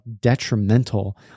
detrimental